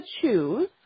choose